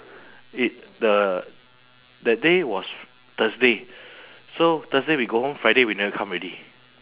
i~ the that day was thursday so thursday we go home friday we never come already